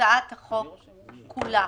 הצעת החוק כולה,